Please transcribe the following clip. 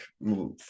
move